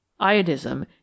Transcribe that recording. iodism